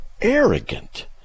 arrogant